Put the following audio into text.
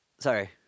Sorry